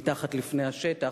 מתחת לפני השטח,